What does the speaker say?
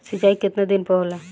सिंचाई केतना दिन पर होला?